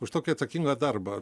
už tokį atsakingą darbą